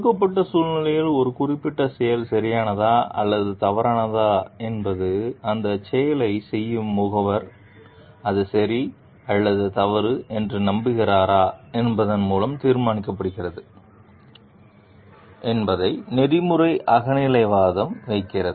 கொடுக்கப்பட்ட சூழ்நிலையில் ஒரு குறிப்பிட்ட செயல் சரியானதா அல்லது தவறானதா என்பது அந்தச் செயலைச் செய்யும் முகவர் அது சரி அல்லது தவறு என்று நம்புகிறாரா என்பதன் மூலம் தீர்மானிக்கப்படுகிறது என்பதை நெறிமுறை அகநிலைவாதம் வைத்திருக்கிறது